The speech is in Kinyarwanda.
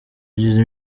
agize